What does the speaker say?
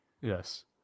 yes